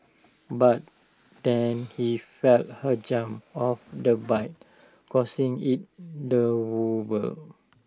but then he felt her jump off the bike causing IT to wobble